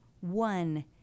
one